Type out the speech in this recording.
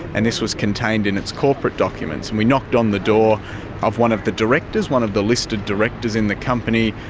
and this was contained in its corporate documents, and we knocked on the door of one of the directors, one of the listed directors in the company,